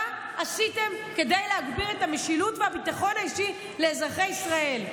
מה עשיתם כדי להגביר את המשילות והביטחון האישי לאזרחי ישראל?